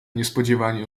niespodzianie